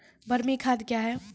बरमी खाद कया हैं?